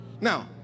now